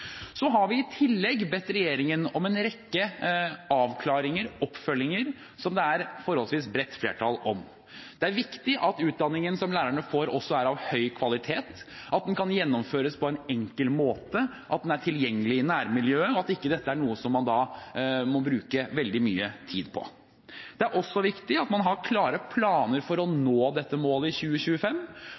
har vi bedt regjeringen om en rekke avklaringer, oppfølginger, som det er forholdsvis bredt flertall for. Det er viktig at utdanningen som lærerne får, er av høy kvalitet, at den kan gjennomføres på en enkel måte, at den er tilgjengelig i nærmiljøet, og at dette ikke er noe som man må bruke veldig mye tid på. Det er også viktig at man har klare planer for å nå dette målet i 2025,